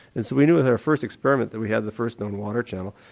and so we knew with our first experiment that we had the first known water channel.